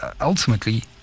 ultimately